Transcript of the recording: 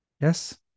Yes